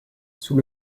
sous